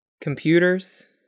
Computers